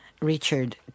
Richard